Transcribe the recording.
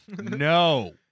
no